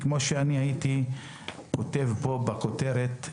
כפי שהייתי כותב פה בכותרת,